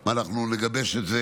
אנחנו נגבש את זה,